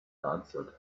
answered